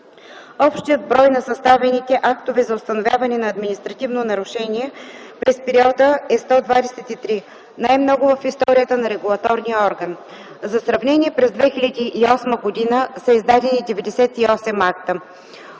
Общият брой на съставените актове за установяване на административно нарушение през периода е 123, най-много в историята на регулаторния орган. За сравнение през 2008 г. са издадени 98 акта.